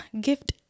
gift